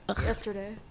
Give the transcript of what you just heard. yesterday